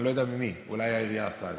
אני לא יודע ממי, אולי העירייה עשתה את זה.